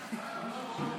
בסדר.